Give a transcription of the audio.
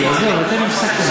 אל תגיד לי "לא".